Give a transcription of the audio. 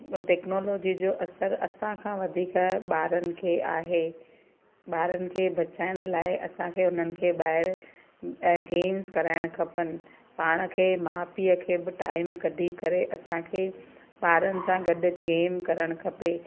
technology जो असरु असांखां वधीक ॿारनि खे आहे ॿारनि खे बचाइण लाइ असांखे उन्हनि खे ॿाहिरि गेम्स कराइणु खपनि पाण खे माउ पीउ खे बि टाइम कढी करे असांखे ॿारनि सां गॾु गेम करणु खपे